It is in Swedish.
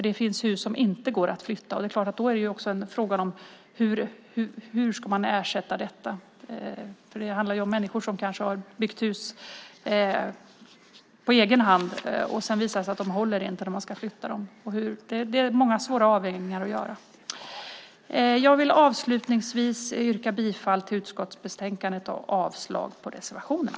Det finns hus som inte går att flytta. Då är frågan hur man ska ersätta detta. Människor kanske har byggt hus på egen hand, och så visar det sig att de inte håller när man ska flytta dem. Det är många svåra avvägningar att göra. Avslutningsvis yrkar jag bifall till utskottets förslag och avslag på reservationerna.